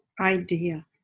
idea